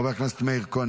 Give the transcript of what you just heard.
חבר הכנסת יצחק פינדרוס,